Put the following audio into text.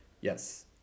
Yes